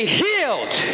healed